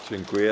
Dziękuję.